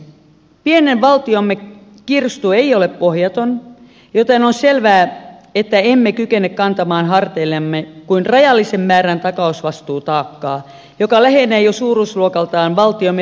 pienen valtiomme kirstu ei ole pohjaton joten on selvää että emme kykene kantamaan harteillamme kuin rajallisen määrän takausvastuutaakkaa joka lähenee jo suuruusluokaltaan valtiomme budjettia